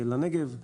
לנגב,